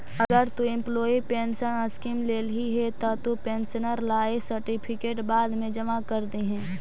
अगर तु employee pension scheme लेल्ही हे त तु पेंशनर लाइफ सर्टिफिकेट बाद मे जमा कर दिहें